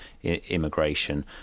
Immigration